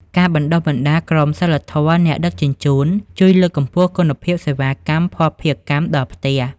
ការបណ្ដុះបណ្ដាល "ក្រមសីលធម៌អ្នកដឹកជញ្ជូន" ជួយលើកកម្ពស់គុណភាពសេវាកម្មភស្តុភារកម្មដល់ផ្ទះ។